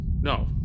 No